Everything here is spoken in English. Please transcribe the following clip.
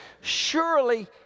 Surely